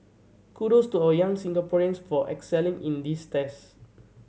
kudos to our young Singaporeans for excelling in these test